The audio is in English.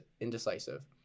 indecisive